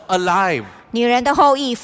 alive